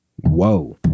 Whoa